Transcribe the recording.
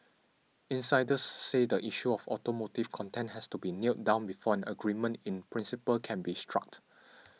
insiders say the issue of automotive content has to be nailed down before an agreement in principle can be struck